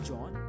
John